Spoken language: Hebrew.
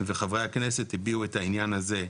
וחברי הכנסת הביעו את העניין הזה.